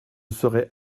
serait